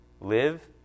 Live